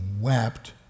wept